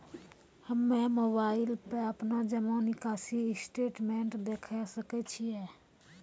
हम्मय मोबाइल पर अपनो जमा निकासी स्टेटमेंट देखय सकय छियै?